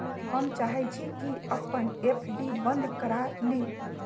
हम चाहई छी कि अपन एफ.डी बंद करा लिउ